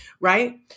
right